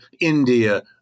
India